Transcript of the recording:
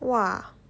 !wah!